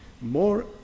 More